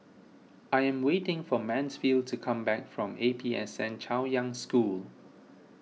I am waiting for Mansfield to come back from A P S N Chaoyang School